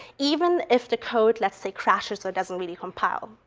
even if the code, let's say, crushes or doesn't really compile.